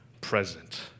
present